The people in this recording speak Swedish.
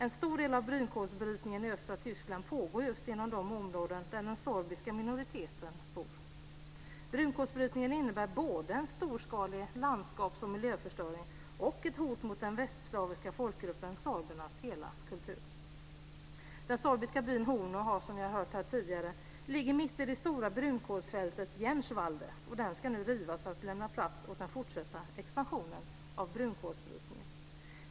En stor del av brunkolsbrytningen i östra Tyskland pågår just i de områden där den sorbiska minoriteten bor. Brunkolsbrytningen innebär både en storskalig landskaps och miljöförstöring och ett hot mot hela kulturen hos den västslaviska folkgruppen sorberna. Den sorbiska byn Horno ligger, som vi hört här tidigare, mitt i det stora brunkolsfältet Jänschwalde. Den ska nu rivas för att lämna plats åt den fortsatta expansionen av brunkolsbrytningen.